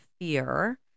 fear